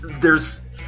there's-